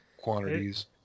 quantities